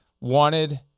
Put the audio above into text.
wanted